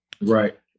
Right